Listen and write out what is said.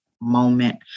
moment